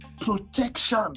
Protection